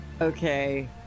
Okay